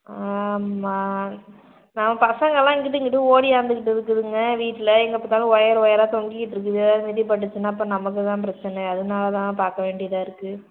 ஆமாம் நான் பசங்கள்லாம் இங்குட்டும் இங்குட்டும் ஓடியாந்துக்கிட்டு இருக்குதுங்க வீட்டில் எங்கே பார்த்தாலும் ஒயர் ஒயராக தொங்கிக்கிட்டு இருக்குது பட்டுச்சுன்னால் அப்புறம் நமக்கு தான் பிரச்சின அதனால் தான் பார்க்க வேண்டியதாக இருக்குது